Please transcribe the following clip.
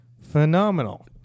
phenomenal